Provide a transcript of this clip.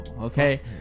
okay